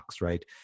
right